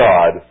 God